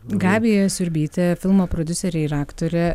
gabija siurbytė filmo prodiuserė ir aktorė